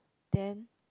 then